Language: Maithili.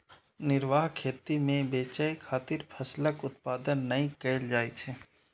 निर्वाह खेती मे बेचय खातिर फसलक उत्पादन नै कैल जाइ छै